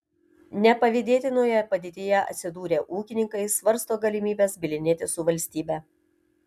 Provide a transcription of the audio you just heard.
nepavydėtinoje padėtyje atsidūrę ūkininkai svarsto galimybes bylinėtis su valstybe